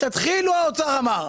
תתחילו, האוצר אמר,